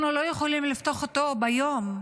אנחנו לא יכולים לפתוח אותו ביום,